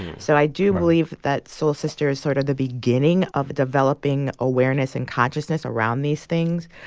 so i do believe that soul sister is sort of the beginning of a developing awareness and consciousness around these things.